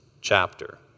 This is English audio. chapter